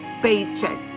paycheck